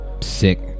Sick